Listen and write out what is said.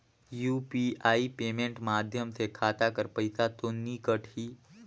UPI payment माध्यम से खाता कर पइसा तो नी कटही?